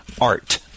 .art